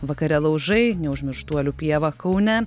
vakare laužai neužmirštuolių pieva kaune